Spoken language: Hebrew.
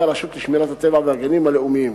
הרשות לשמירת הטבע והגנים הלאומיים.